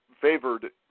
favored